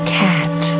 cat